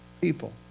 people